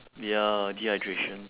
ya dehydration